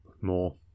more